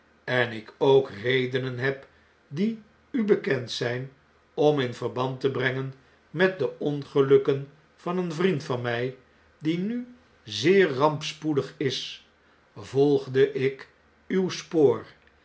en ik ook redenen heb die u bekend zgn om inverband te brengen met de ongelukken van eenvriend van my die nu zeer rampspoedig is volgde ik uw spoor